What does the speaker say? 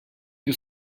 più